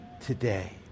today